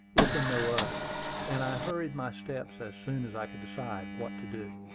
if in no other and i hurried my steps as soon as i could decide what to do.